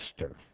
master